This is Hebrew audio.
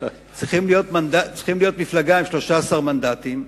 צריכה להיות מפלגה עם 13 מנדטים,